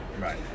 Right